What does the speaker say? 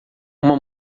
uma